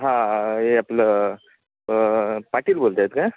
हां हे आपलं पाटील बोलत आहेत का